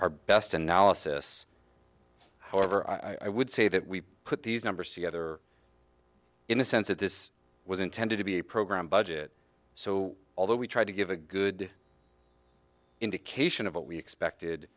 our best analysis however i would say that we put these numbers together in a sense that this was intended to be a program budget so although we tried to give a good indication of what we expected